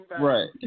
Right